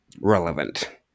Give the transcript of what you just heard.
relevant